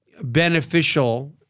beneficial